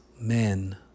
men